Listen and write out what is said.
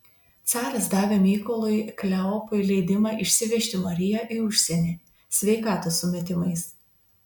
caras davė mykolui kleopui leidimą išsivežti mariją į užsienį sveikatos sumetimais